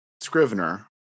Scrivener